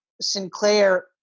Sinclair